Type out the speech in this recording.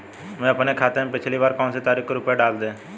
मैंने अपने खाते में पिछली बार कौनसी तारीख को रुपये डाले थे?